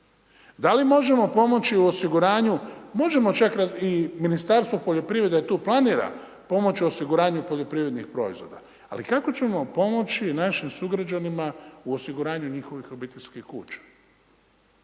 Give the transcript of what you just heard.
Da li možemo pomoći u osiguranju, možemo čak i Ministarstvo poljoprivrede tu planira pomoći osiguranju poljoprivrednih proizvoda. Ali kako ćemo pomoći našim sugrađanima u osiguranju njihovih obiteljskih kuća?